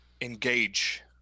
engage